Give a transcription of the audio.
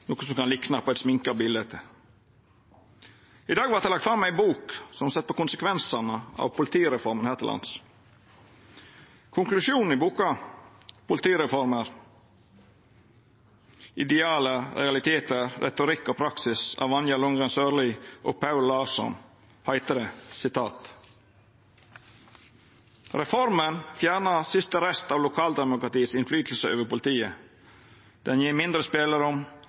noko som kan likna på eit sminka bilete. I dag vart det lagt fram ei bok som ser på konsekvensane av politireforma her til lands. Konklusjonen i boka, Politireformer: Idealer, realiteter, retorikk og praksis, av Vanja Lundgren Sørli og Paul Larsson, er: «Reformen fjerner siste rest av lokaldemokratiets innflytelse over politiet, og den gir mindre